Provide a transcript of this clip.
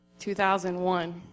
2001